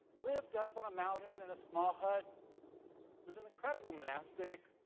lived up in a mountain in a small hut was an incredible monastic,